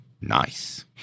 Nice